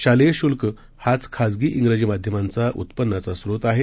शालेय शुल्क हाच खाजगी उजी माध्यमांचा उत्पन्नाचा स्त्रोत आहे